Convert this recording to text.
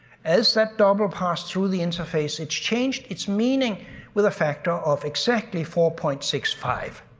as that double passed through the interface, it changed its meaning with a factor of exactly four point six five.